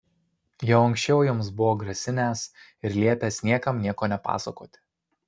jau anksčiau joms buvo grasinęs ir liepęs niekam nieko nepasakoti